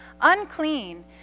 unclean